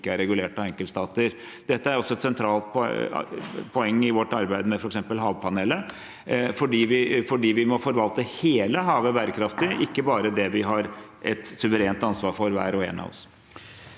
ikke er regulert av enkeltstater. Dette er også et sentralt poeng i vårt arbeid med f.eks. havpanelet, fordi vi må forvalte hele havet bærekraftig, ikke bare det hver og en av oss